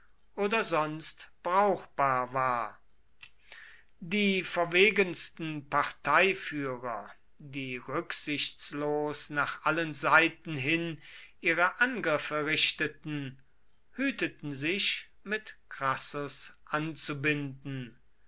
oder sonst brauchbar war die verwegensten parteiführer die rücksichtslos nach allen seiten hin ihre angriffe richteten hüteten sich mit crassus anzubinden